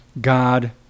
God